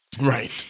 Right